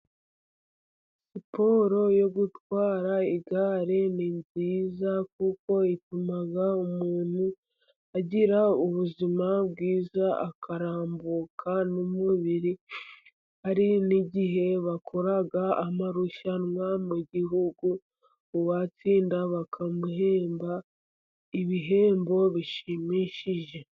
Siporo yo gutwara igare ni nziza, kuko ituma umuntu agira ubuzima bwiza, akarambuka n'umubiri. Hari n'igihe bakora amarushanwa mu gihugu, uwatsinda bakamuhemba ibihembo bishimishije.